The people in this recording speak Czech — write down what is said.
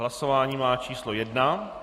Hlasování má číslo 1.